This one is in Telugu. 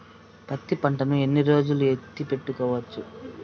పత్తి పంటను ఎన్ని రోజులు ఎత్తి పెట్టుకోవచ్చు?